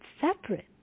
separate